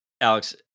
Alex